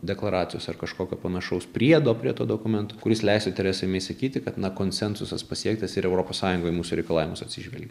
deklaracijos ar kažkokio panašaus priedo prie to dokumento kuris leistų teresai mei sakyti kad na konsensusas pasiektas ir europos sąjunga į mūsų reikalavimus atsižvelgė